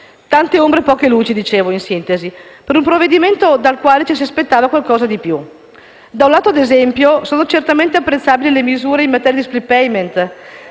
tante ombre e poche luci in questo provvedimento, dal quale ci si aspettava qualcosa in più: da un lato, ad esempio, sono certamente apprezzabili le misure in materia di *split payment*;